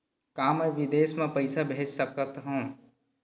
का मैं विदेश म पईसा भेज सकत हव?